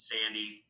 Sandy